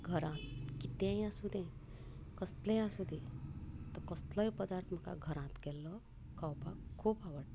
घरांत कितेंय आसूं तें कसलेंय आसूं तें तो कसलोय पदार्थ म्हाका घरांत केल्लो खावपाक खूब आवडटा